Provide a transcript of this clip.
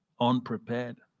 unprepared